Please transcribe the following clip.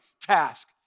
task